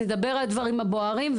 נדבר על הדברים הבוערים,